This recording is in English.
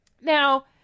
Now